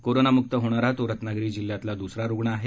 कोरोनामुक्त होणारा तो रत्नागिरी जिल्ह्यातला दुसरा रुग्ण आहे